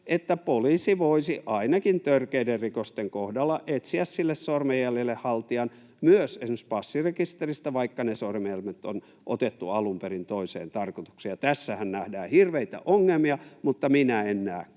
että poliisi voisi ainakin törkeiden rikosten kohdalla etsiä sille sormenjäljelle haltijan myös esimerkiksi passirekisteristä, vaikka ne sormenjäljet on otettu alun perin toiseen tarkoitukseen — ja tässähän nähdään hirveitä ongelmia, mutta minä en näe,